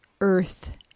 earth